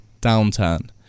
downturn